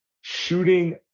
shooting